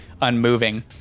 unmoving